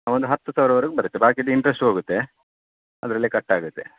ಒಂದು ಹತ್ತು ಸಾವಿರ ವರೆಗೆ ಬರತ್ತೆ ಬಾಕಿದ್ದು ಇಂಟ್ರೆಸ್ಟ್ ಹೋಗುತ್ತೆ ಅದರಲ್ಲೇ ಕಟ್ ಆಗತ್ತೆ